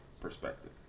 perspective